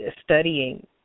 Studying